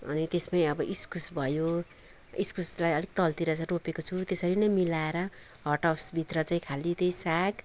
अनि त्यसमै अब इस्कुस भयो इस्कुसलाई अलिक तलतिर चाहिँ रोपेको छु त्यसरी नै मिलाएर हटहाउसभित्र चाहिँ खालि त्यही साग